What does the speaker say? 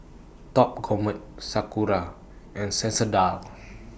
Top Gourmet Sakura and Sensodyne